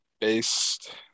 based